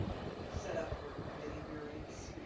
set up for committee hearings